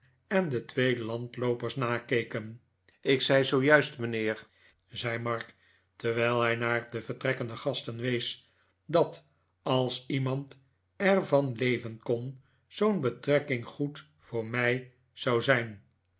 en de twee landloopers nakeken ik zei zoojuist mijnheer zei mark terwijl hij naar de vertrekkende gasten wees dat als iemand er van leven kon zoo'n betrekking goed voor mij zou zijn